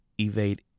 evade